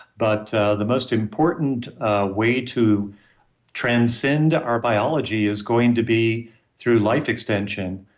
but the most important way to transcend our biology is going to be through life extension.